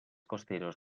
costeros